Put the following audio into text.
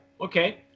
Okay